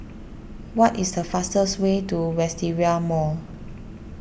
what is the fastest way to Wisteria Mall